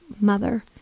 mother